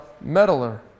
meddler